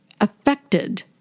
affected